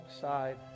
side